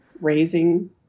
raising